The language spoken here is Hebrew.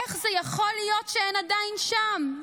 איך זה יכול להיות שהן עדיין שם?